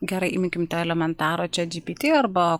gerai imkim tą elementarų čat džipiti